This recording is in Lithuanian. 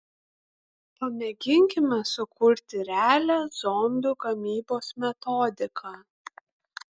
pamėginkime sukurti realią zombių gamybos metodiką